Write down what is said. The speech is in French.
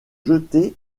jetées